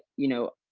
you know,